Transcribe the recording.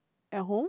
at home